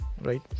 right